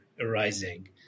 arising